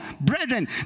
brethren